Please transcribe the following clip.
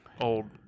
old